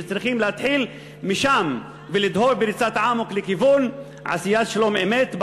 וצריכים להתחיל משם ולדהור בריצת אמוק לכיוון עשיית שלום אמת,